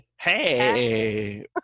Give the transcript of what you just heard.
Hey